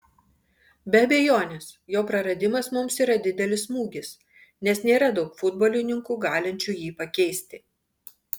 be abejonės jo praradimas mums yra didelis smūgis nes nėra daug futbolininkų galinčių jį pakeisti